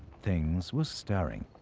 things were stirring.